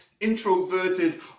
introverted